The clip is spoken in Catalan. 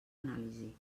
anàlisi